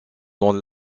dans